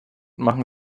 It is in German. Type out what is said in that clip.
machen